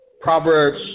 Proverbs